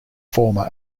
former